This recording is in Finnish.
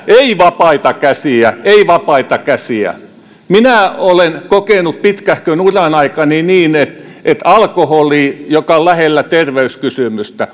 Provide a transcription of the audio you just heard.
ei vapaita käsiä ei vapaita käsiä minä olen kokenut pitkähkön uran aikana niin että alkoholi joka on lähellä terveyskysymystä